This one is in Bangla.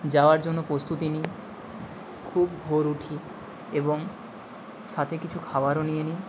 যাওয়ার জন্য প্রস্তুতি নিই খুব ভোর উঠি এবং সাথে কিছু খাবারও নিয়ে নিই